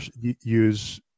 use